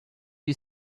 you